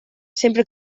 sempre